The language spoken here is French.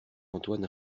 antoine